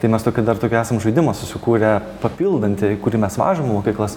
tai mes tokį dar tokį esam žaidimą susikūrę papildantį kurį mes vežam į mokyklas